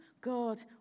God